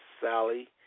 Sally